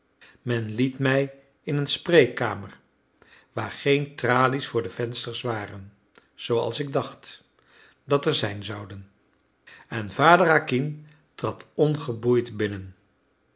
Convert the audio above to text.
men liet mij in een spreekkamer waar geen tralies voor de vensters waren zooals ik dacht dat er zijn zouden en vader acquin trad ongeboeid binnen